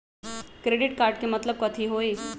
Credit card के मतलब कथी होई?